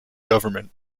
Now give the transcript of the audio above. government